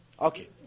Okay